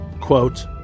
quote